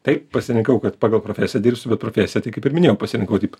taip pasirinkau kad pagal profesiją dirbsiu bet profesiją tai kaip ir minėjau pasirinkau taip